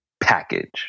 package